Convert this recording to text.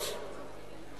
ולקצבאות